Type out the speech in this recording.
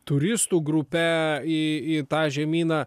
turistų grupe į į tą žemyną